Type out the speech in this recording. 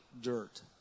dirt